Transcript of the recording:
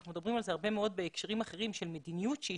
אנחנו מדברים על זה הרבה מאוד בהקשרים אחרים של מדיניות שהיא